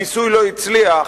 הניסוי לא הצליח